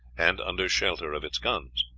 and under shelter of its guns.